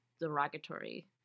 derogatory